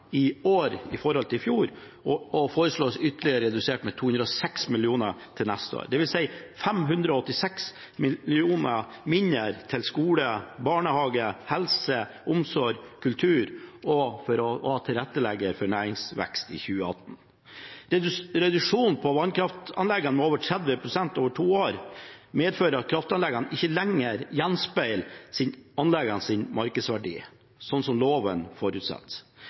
i år i forhold til i fjor og foreslås ytterligere redusert med 206 mill. kr til neste år, dvs. 586 mill. kr mindre til skole, barnehage, helse, omsorg, kultur og tilrettelegging for næringsvekst i 2018. Reduksjonen på vannkraftanleggene på over 30 pst. over to år medfører at kraftanleggene ikke lenger gjenspeiler anleggenes markedsverdi, slik loven